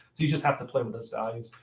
so you just have to play with those values.